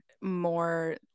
more